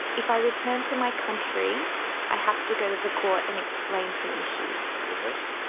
if i return to my country i have to go to the court and explain some issues. yes.